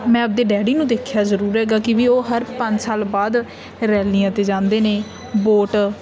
ਮੈਂ ਆਪਦੇ ਡੈਡੀ ਨੂੰ ਦੇਖਿਆ ਜ਼ਰੂਰ ਹੈਗਾ ਕਿ ਵੀ ਉਹ ਹਰ ਪੰਜ ਸਾਲ ਬਾਅਦ ਰੈਲੀਆਂ 'ਤੇ ਜਾਂਦੇ ਨੇ ਵੋਟ